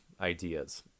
ideas